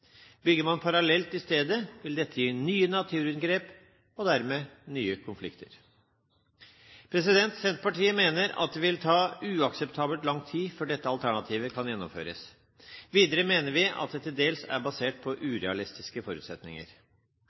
Bygger man parallelt i stedet, vil dette gi nye naturinngrep og dermed nye konflikter. Senterpartiet mener at det vil ta uakseptabelt lang tid før dette alternativet kan gjennomføres. Videre mener vi at det til dels er basert på urealistiske